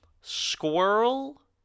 squirrel